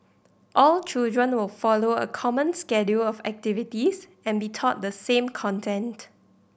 all children will follow a common schedule of activities and be taught the same content